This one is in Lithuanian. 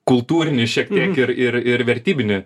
kultūrinį šiek tiek ir ir ir vertybinį